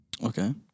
Okay